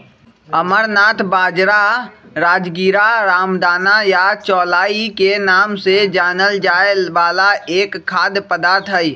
amaranth बाजरा, राजगीरा, रामदाना या चौलाई के नाम से जानल जाय वाला एक खाद्य पदार्थ हई